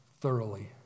thoroughly